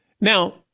Now